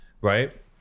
right